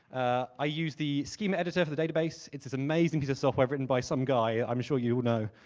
i use the schemaeditor for the database. it's this amazing piece of software written by some guy i'm sure you all know.